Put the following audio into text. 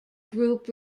group